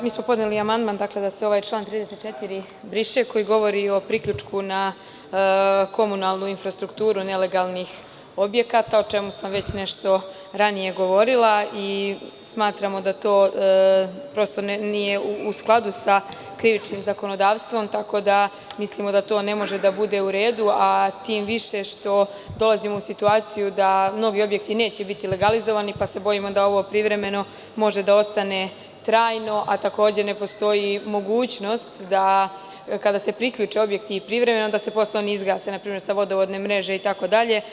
Mi smo podneli amandman da se ovaj član 34. briše koji govori o priključku na komunalnu infrastrukturu nelegalnih objekata, o čemu sam ranije govorila i smatramo da to nije u skladu sa krivičnim zakonodavstvom, tako da mislimo da to ne može da bude u redu, a tim više što dolazimo u situaciju da novi objekti neće biti legalizovani pa se bojimo da ovo privremeno može da ostane trajno, a takođe može da postoji mogućnost da kada se priključe objekti da se oni posle izgase sa vodovodne mreže itd.